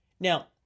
Now